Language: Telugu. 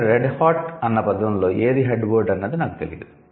అయితే 'రెడ్ హాట్' అన్న పదంలో ఏది 'హెడ్ వర్డ్' అన్నది నాకు తెలియదు